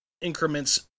increments